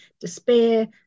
despair